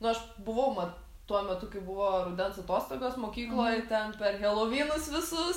nu aš buvau mat tuo metu kai buvo rudens atostogos mokykloj ten per helovynus visus